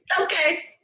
okay